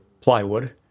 plywood